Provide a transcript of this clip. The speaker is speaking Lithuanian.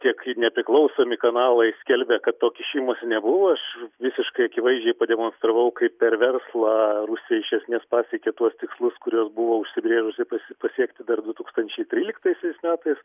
tiek ir nepriklausomi kanalai skelbė kad to kišimosi nebuvo aš visiškai akivaizdžiai pademonstravau kaip per verslą rusija iš esmės pasiekė tuos tikslus kuriuos buvo užsibrėžusi pasiekti dar du tūkstančiai tryliktaisiais metais